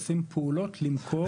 עושים פעולות למכור.